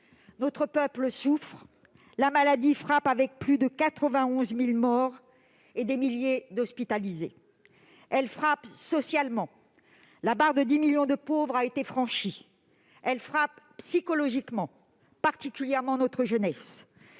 Notre peuple souffre, et la maladie frappe, avec plus de 91 000 morts et des milliers de personnes hospitalisées. Elle frappe socialement : la barre des 10 millions de pauvres a été franchie. Elle frappe psychologiquement, particulièrement notre jeunesse.